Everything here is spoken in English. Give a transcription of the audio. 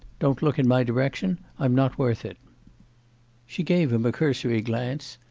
don't look in my direction, i'm not worth it she gave him a cursory glance,